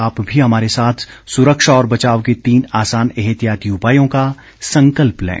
आप भी हमारे साथ सुरक्षा और बचाव के तीन आसान एहतियाती उपायों का संकल्प लें